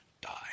die